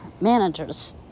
managers